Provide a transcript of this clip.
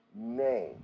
name